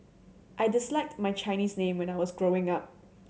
I disliked my Chinese name when I was growing up